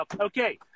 Okay